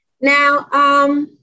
Now